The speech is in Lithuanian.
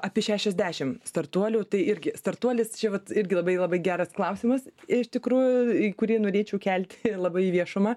apie šešiasdešimt startuolių tai irgi startuolis šiemet irgi labai labai geras klausimas iš tikrųjų į kurį norėčiau kelt labai į viešumą